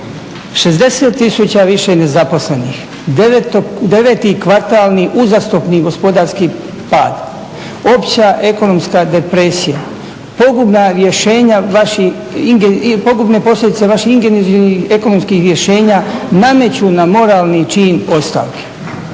tisuća više nezaposlenih, deveti kvartalni uzastopni gospodarski pad, opća ekonomska depresija, pogubne posljedice vaših … /Govornik se ne razumije./ … ekonomskih rješenja nameću nam moralni čin ostavke.